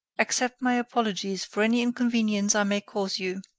accept my apologies for any inconvenience i may cause you,